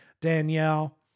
Danielle